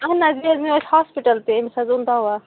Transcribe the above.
اَہَن حظ یہِ حظ نیوٗ اَسہِ ہاسپِٹَل تہِ أمِس حظ اوٚن دوا